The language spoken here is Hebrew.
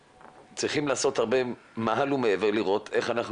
צריכים לעשות מעל ומעבר לראות איך אנחנו